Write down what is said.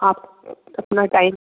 आप अपना टाइम